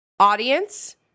Audience